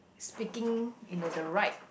speaking you know the right